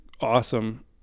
awesome